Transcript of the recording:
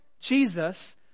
Jesus